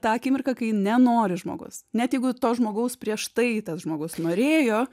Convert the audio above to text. tą akimirką kai nenori žmogus net jeigu to žmogaus prieš tai tas žmogus norėjo